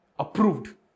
approved